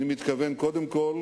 אני מתכוון קודם כול